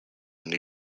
new